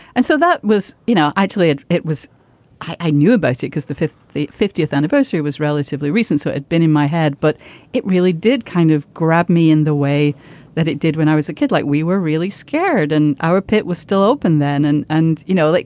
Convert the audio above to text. and so that was you know, actually, it was i knew about it because the fifth the fiftieth anniversary was relatively recent. so had been in my head. but it really did kind of grab me in the way that it did when i was a kid. like, we were really scared and our pit was still open then. and, and you know, like